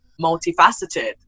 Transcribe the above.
multifaceted